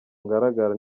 ngaragara